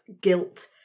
guilt